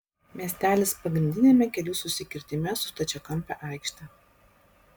miestelis pagrindiniame kelių susikirtime su stačiakampe aikšte